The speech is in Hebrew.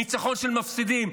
ניצחון של מפסידים.